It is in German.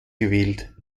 gewählt